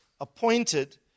appointed